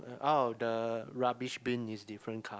oh the rubbish bin is different car